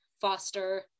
foster